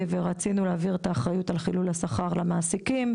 ורצינו להעביר את האחריות על חילול השכר למעסיקים.